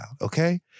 okay